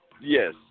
Yes